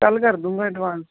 ਕੱਲ੍ਹ ਕਰ ਦੂੰਗਾ ਐਡਵਾਂਸ